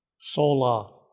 sola